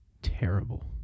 Terrible